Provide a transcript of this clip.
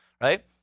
Right